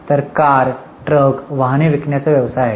तर car truck वाहने विकण्याचा व्यवसाय आहे